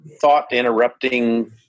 thought-interrupting